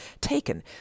taken